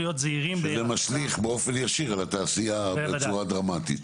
זה משליך על התעשייה בצורה דרמטית.